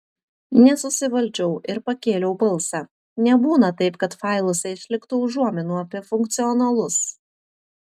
nesusivaldžiau ir pakėliau balsą nebūna taip kad failuose išliktų užuominų apie funkcionalus